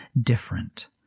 different